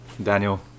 Daniel